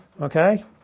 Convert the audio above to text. Okay